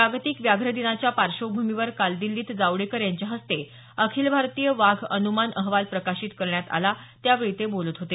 जागतिक व्याघ्र दिनाच्या पाश्वभूमीवर काल दिल्लीत जावडेकर यांच्या हस्ते अखिल भारतीय वाघ अन्मान अहवाल प्रकाशित करण्यात आला त्यावेळी ते बोलत होते